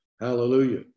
hallelujah